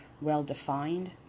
well-defined